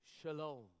shalom